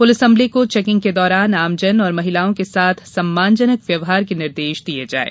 police अमले को checking के दौरान आमजन और महिलाओं के साथ सम्मानजनक व्यवहार के निर्देश दिये जायें